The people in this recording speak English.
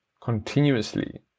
continuously